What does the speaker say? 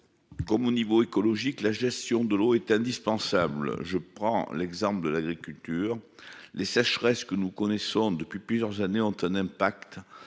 économique qu'écologique, la gestion de l'eau est indispensable. Je prendrai l'exemple de l'agriculture : les sécheresses que nous connaissons depuis plusieurs années ont un impact